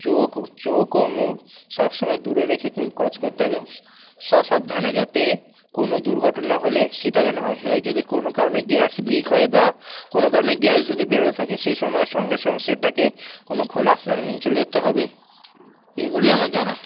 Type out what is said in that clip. চোখ চোখ ও মুখ সবসময় দূরে রেখে কাজ করতে হবে স্বসাবধানে যাতে কোনও দুর্ঘটনা হলে সেটা যেনো এবার যদি কোনো কারণে গ্যাস লিক হয় বা কোনো কারণে গ্যাস যদি বেরোতে থাকে সে সময় সঙ্গে সঙ্গে সেটাকে কোনো খোলা স্থানে নিয়ে চলে যেতে হবে এইগুলোই আমার জানা